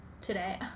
today